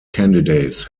candidates